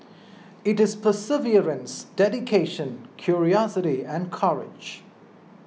it is perseverance dedication curiosity and courage